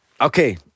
Okay